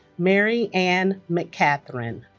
mary ann mccatherine